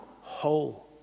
whole